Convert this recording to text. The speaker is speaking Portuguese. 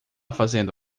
fazendo